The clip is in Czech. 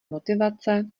motivace